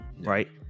right